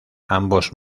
ambos